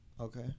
Okay